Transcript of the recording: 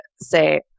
say